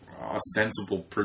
ostensible